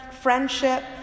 friendship